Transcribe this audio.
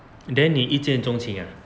then 你一见钟情 ah